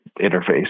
interface